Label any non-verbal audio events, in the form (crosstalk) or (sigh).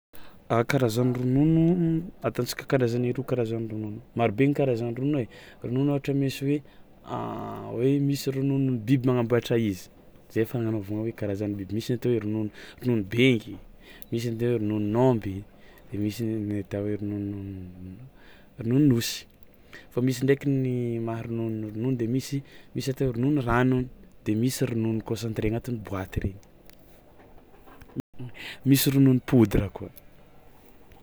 A karazan'ny ronono ataontsika karazany roa karazan'ny ronono, maro ny karazan'ny ronono ai, ronono ohatra misy hoe (hesitation) hoe misy ronono biby magnamboàtra izy zay fagnanaovagna hoe karazany biby, misy ny atao hoe ronono ronono bengy, misy ny atao hoe rononon'ômby de misy n- ny atao hoe rononon- rononon'osy fa misy ndraiky ny maha-rononon'olono de misy misy atao hoe ronono ranony de misy ronono concentré agnatin'ny boaty ire, (noise) misy ronono poudre koa.